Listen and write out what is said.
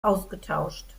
ausgetauscht